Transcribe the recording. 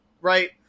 right